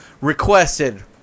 requested